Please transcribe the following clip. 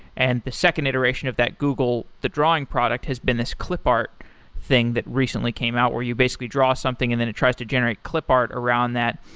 and the second iteration of that google, the drawing product, has been this clipart thing that recently came out where you basically draw something and then it tries to generate clipart around that.